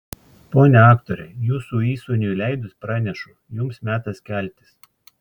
ponia aktore jūsų įsūniui leidus pranešu jums metas keltis